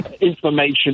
information